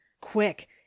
quick